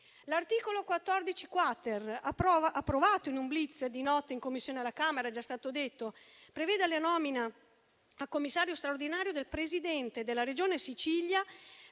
L'articolo 14-*quater*, approvato in un *blitz* di notte in Commissione alla Camera - com'è già stato detto - prevede la nomina a Commissario straordinario del Presidente della Regione Sicilia